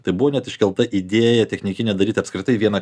tai buvo net iškelta idėja technikinę daryti apskritai vieną